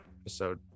episode